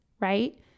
right